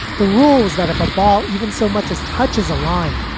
the rules that if a ball even so much as touches a line,